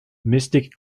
mystic